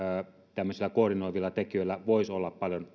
tämmöisillä koordinoivilla tekijöillä voisi olla paljon